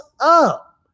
up